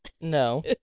No